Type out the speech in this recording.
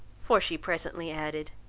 for she presently added,